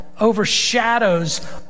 overshadows